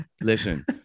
Listen